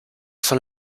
son